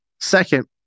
Second